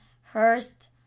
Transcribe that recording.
Hurst